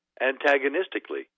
antagonistically